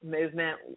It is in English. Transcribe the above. movement